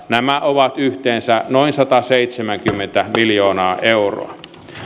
nämä ovat yhteensä noin sataseitsemänkymmentä miljoonaa euroa